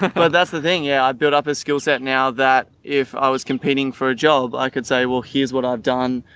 but that's the thing. yeah. i built up a skillset now that if i was competing for a job, i could say, well, here's what i've done.